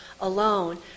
alone